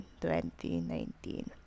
2019